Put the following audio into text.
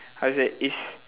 how to say it's